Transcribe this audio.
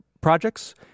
projects